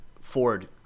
Ford